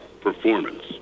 performance